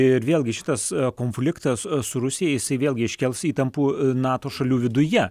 ir vėlgi šitas konfliktas su rusija jisai vėlgi iškels įtampų nato šalių viduje